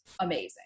amazing